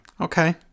Okay